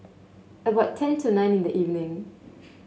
about ten to nine in the evening